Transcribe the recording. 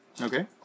Okay